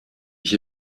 ich